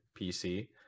PC